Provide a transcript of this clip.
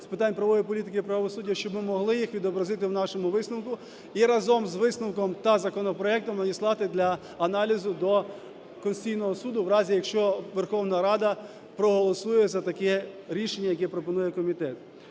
з питань правової політики і правосуддя, щоб ми могли їх відобразити у нашому висновку і разом з висновком та законопроектом надіслати для аналізу до Конституційного Суду у разі, якщо Верховна Рада проголосує за таке рішення, яке пропонує комітет.